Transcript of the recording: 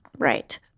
Right